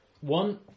One